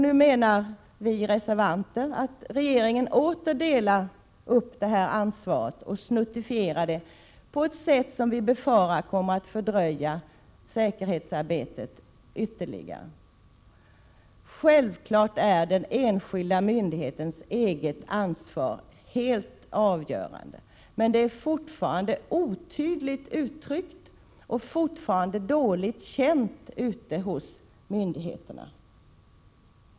Nu menar vi reservanter att regeringen åter delat upp detta ansvar och ”snuttifierat” det på ett sätt som vi befarar kommer att fördröja säkerhetsarbetet ytterligare. Självfallet är den enskilda myndighetens eget ansvar helt avgörande, men det är fortfarande otydligt uttryckt och fortfarande dåligt känt ute hos myndigheterna.